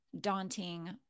daunting